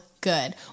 good